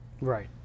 Right